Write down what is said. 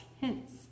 hints